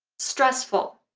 stressful,